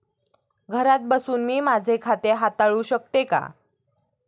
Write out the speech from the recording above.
घरात बसून मी माझे खाते हाताळू शकते का?